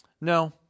No